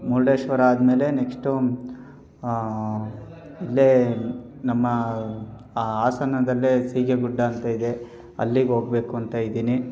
ಮುರುಡೇಶ್ವರ ಆದಮೇಲೆ ನೆಕ್ಸ್ಟು ಇಲ್ಲೇ ನಮ್ಮ ಹಾಸನದಲ್ಲೇ ಸೀಗೆಗುಡ್ಡ ಅಂತ ಇದೆ ಅಲ್ಲಿಗೆ ಹೋಗ್ಬೇಕು ಅಂತ ಇದ್ದೀನಿ